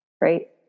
right